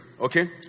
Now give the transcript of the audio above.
okay